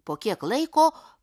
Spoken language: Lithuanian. po kiek laiko